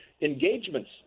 engagements